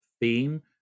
theme